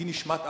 היא נשמת אפה,